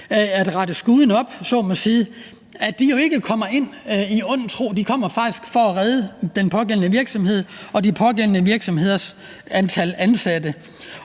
at rette skuden op, om man så må sige, kommer de jo ikke i ond tro. De kommer faktisk for at redde den pågældende virksomhed og den pågældende virksomheds antal ansatte.